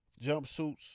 jumpsuits